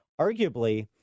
arguably